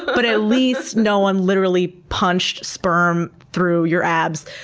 but at least no one literally punched sperm through your abs.